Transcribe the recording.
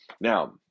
Now